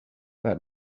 that